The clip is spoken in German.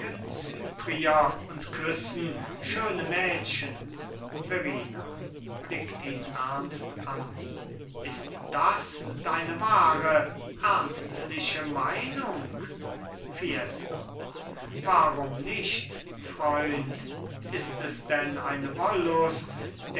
und küssen schöne mädchen verrina blickt ihn ernst an ist das deine wahre ernstliche meinung fiesco warum nicht freund ist es denn eine